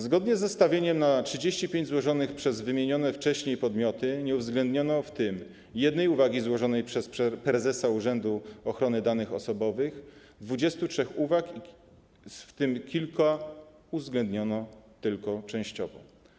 Zgodnie z zestawieniem na 35 uwag złożonych przez wymienione wcześniej podmioty nie uwzględniono jednej uwagi złożonej przez prezesa Urzędu Ochrony Danych Osobowych, 23 uwag, kilka uwzględniono tylko częściowo.